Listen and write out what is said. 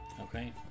Okay